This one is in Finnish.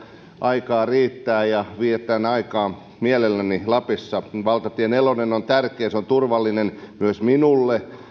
aikaa riittää ja vietän aikaa mielelläni lapissa valtatie nelonen on tärkeä se on turvallinen myös minulle